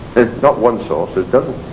not once source there's dozens.